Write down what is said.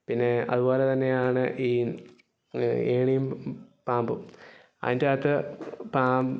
പിന്നെ അതുപോലെ തന്നെയാണ് ഈ ഏണിയും പാമ്പും അതിന്റെ അകത്ത് പാ